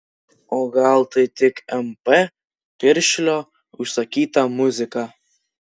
o gal tai tik mp piršlio užsakyta muzika